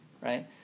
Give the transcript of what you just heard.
right